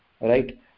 right